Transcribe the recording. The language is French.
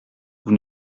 vous